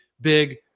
big